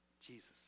Jesus